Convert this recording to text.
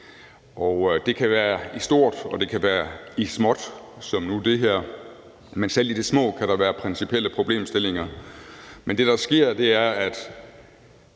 det kan være småt, som nu det her er, men selv i det små kan der være principielle problemstillinger. Det, der sker, er, at